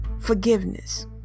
forgiveness